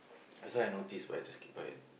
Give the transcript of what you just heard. that's what I notice but I just keep quiet